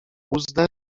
uzdę